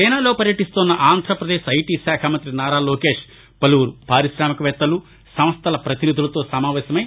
చైనాలో పర్యటిస్తున్న ఆంధ్రాపదేశ్ ఐటీ శాఖమంత్రి నారా లోకేష్ పలువురు పార్కాశామికవేత్తలు సంస్టల ప్రతినిధులతో సమావేశమై